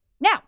Now